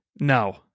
No